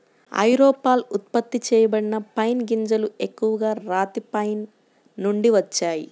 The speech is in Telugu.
ఐరోపాలో ఉత్పత్తి చేయబడిన పైన్ గింజలు ఎక్కువగా రాతి పైన్ నుండి వచ్చాయి